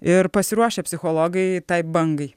ir pasiruošę psichologai tai bangai